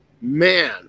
Man